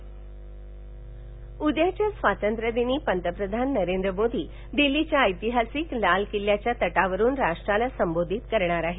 बातमीपञ वेळ बदलः उद्याच्या स्वातंत्र्यदिनी पंतप्रधान नरेंद्र मोदी दिल्लीच्या ऐतिहासिक लाल किल्ल्याच्या तटावरून राष्ट्राला संबोधित करणार आहेत